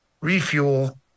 refuel